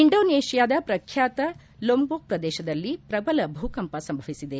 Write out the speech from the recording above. ಇಂಡೋನೇಷ್ಯಾದ ಪ್ರಖ್ಯಾತ ಲೊಂಬೋಕ್ ಪ್ರದೇಶದಲ್ಲಿ ಪ್ರಬಲ ಭೂಕಂಪ ಸಂಭವಿಸಿದೆ